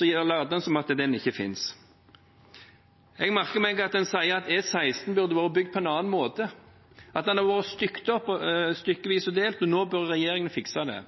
later en som om den ikke finnes. Jeg merker meg at en sier at E16 burde vært bygd på en annen måte, at den har vært stykket opp, stykkevis og delt, og nå bør regjeringen fikse det